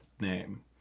name